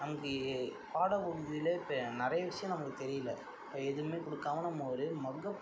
நமக்கு பாட பகுதிலேயே இப்போ நிறைய விஷயம் நமக்கு தெரியிலை எதுவுமே கொடுக்காம நம்ம ஒரு மக்கப்